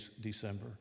December